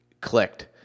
clicked